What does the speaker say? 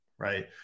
Right